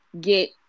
get